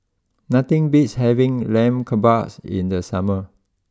nothing beats having Lamb Kebabs in the summer